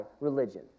religion